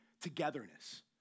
togetherness